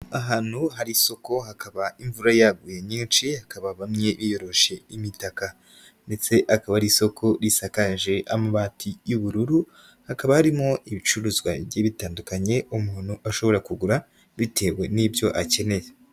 Ahantu hari isoko hakaba imvura yaguye nyinshi hakaba bamwe biyoroshe imitaka, ndetse akaba ari isoko risakaje amabati y'ubururu hakaba harimo ibicuruzwa bigiye bitandukanye umuntu ashobora kugura bitewe n'ibyo akeneye.